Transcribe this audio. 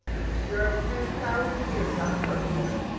you deserve ten thousand years out of purgatory.